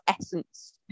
essence